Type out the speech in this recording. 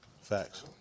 facts